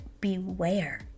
Beware